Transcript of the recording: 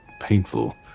painful